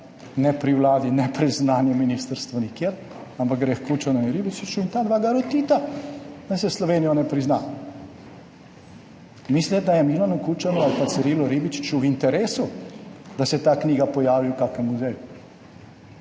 ne pri vladi, ne pri znanjem ministrstvu, nikjer, ampak gre h Kučanu in Ribičiču in ta dva ga rotita, da se Slovenije ne prizna. Mislite, da je Milanu Kučanu ali pa Cirilu Ribičiču v interesu, da se ta knjiga pojavi v kakšnem muzeju?